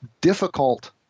difficult